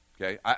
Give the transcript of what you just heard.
okay